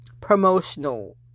Promotional